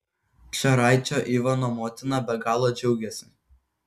caraičio ivano motina be galo džiaugiasi